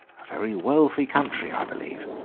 a very wealthy country, i believe.